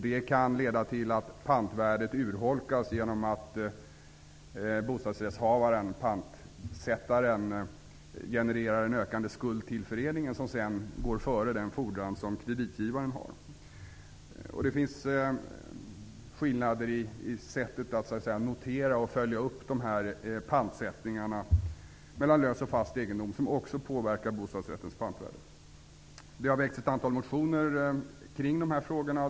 Det kan leda till att pantvärdet urholkas genom att bostadsrättshavaren-pantsättaren får en ökande skuld till föreningen, en skuld som sedan går före den fordran som kreditgivaren har. Det finns vidare skillnader i sättet att notera och följa upp pantsättningarna som också påverkar bostadsrättens pantvärde. Det har väckts ett antal motioner kring de här frågorna.